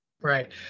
right